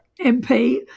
mp